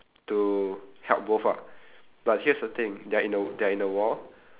to help both ah but here's the thing they are in a they are in a wall